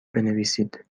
بنویسید